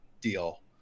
deal